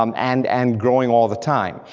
um and and growing all the time.